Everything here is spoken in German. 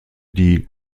die